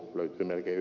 löytyy melkein